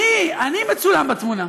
אני מצולם בתמונה,